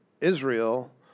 Israel